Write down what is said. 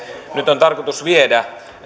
nyt on tarkoitus viedä